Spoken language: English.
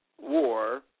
war